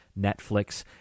Netflix